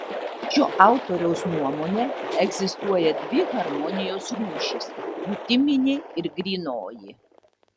šio autoriaus nuomone egzistuoja dvi harmonijos rūšys jutiminė ir grynoji